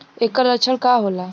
ऐकर लक्षण का होला?